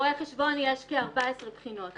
ברואי חשבון יש כ-14 בחינות,